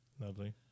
Lovely